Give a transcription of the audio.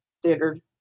standard